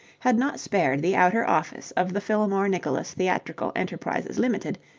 had not spared the outer office of the fillmore nicholas theatrical enterprises ltd.